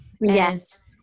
Yes